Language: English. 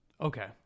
Okay